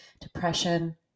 depression